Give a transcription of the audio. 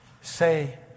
say